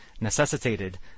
necessitated